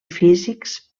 físics